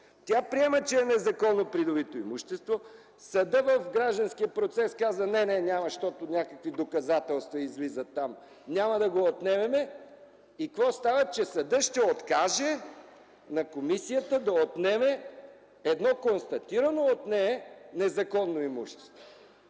Тя приема, че е незаконно придобито имущество, съдът в гражданския процес казва – не, не няма, защото някакви доказателства излизат там, няма да го отнемем. И какво става? Съдът ще откаже на комисията да отнеме едно констатирано от нея незаконно имущество.